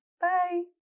Bye